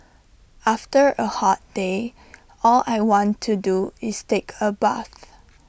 after A hot day all I want to do is take A bath